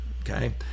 okay